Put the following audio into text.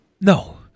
No